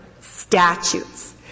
statutes